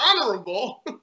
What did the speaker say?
honorable